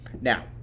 Now